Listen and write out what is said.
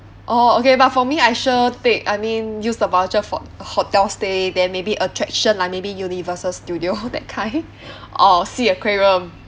orh okay but for me I sure take I mean use the voucher for hotel stay then maybe attraction lah maybe universal studio that kind or sea aquarium